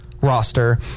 roster